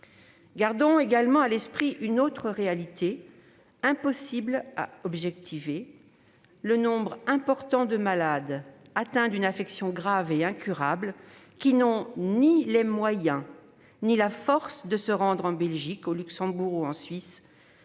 Gardons également à l'esprit une autre réalité, impossible à objectiver : le nombre important de malades atteints d'une affection grave et incurable qui n'ont ni les moyens ni la force de se rendre en Belgique, au Luxembourg ou en Suisse,